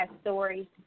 story